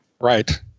Right